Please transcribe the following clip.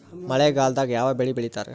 ಮಳೆಗಾಲದಾಗ ಯಾವ ಬೆಳಿ ಬೆಳಿತಾರ?